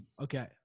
Okay